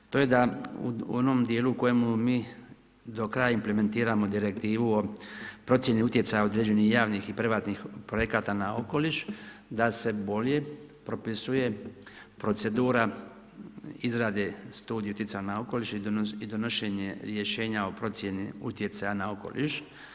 To je da u onom dijelu u kojemu mi do kraja implementiramo Direktivu o procjeni utjecaja određenih javnih i privatnih projekata na okoliš, da se bolje propisuje procedura izrade Studije utjecaja na okoliš i donošenje rješenja o procjeni utjecaja na okoliš.